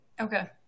Okay